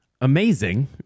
amazing